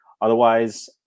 Otherwise